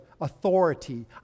authority